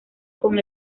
con